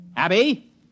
Abby